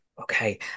okay